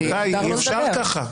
רבותיי, אי אפשר ככה.